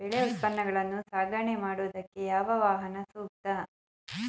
ಬೆಳೆ ಉತ್ಪನ್ನಗಳನ್ನು ಸಾಗಣೆ ಮಾಡೋದಕ್ಕೆ ಯಾವ ವಾಹನ ಸೂಕ್ತ?